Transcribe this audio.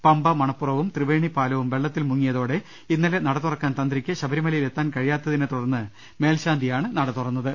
പമ്പ മണപ്പുറവും ത്രിവേണി പാലവും വെള്ളത്തിൽ മുങ്ങിയതോടെ ഇന്നലെ നട തുറക്കാൻ തന്ത്രിക്ക് ശബരിമലയിൽ എത്താൻ കഴിയാത്തതിനെത്തു ടർന്ന് മേൽശാന്തിയാണ് നട തുറന്നത്